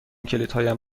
کلیدهایم